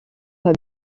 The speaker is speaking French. pas